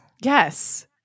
Yes